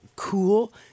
Cool